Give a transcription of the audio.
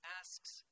asks